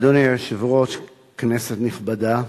אדוני היושב-ראש, כנסת נכבדה,